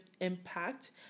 impact